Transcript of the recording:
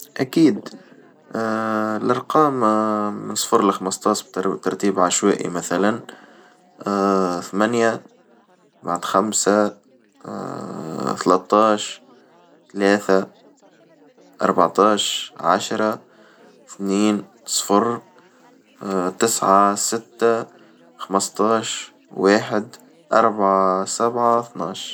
اكيد الأرقام من صفر لخمستاش بترتيب عشوائي مثلًا ثمانية بعد خمسة تلاتاش ثلاثة ،أربعتاش، عشرة، اثنين، صفر، تسعة، ستة، خمستاش، واحد، أربعة، سبعة، اتناش.